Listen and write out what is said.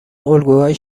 الگوهای